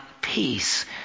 peace